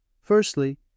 firstly